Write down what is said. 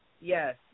yes